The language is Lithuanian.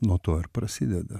nuo to ir prasideda